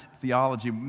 theology